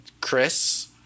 Chris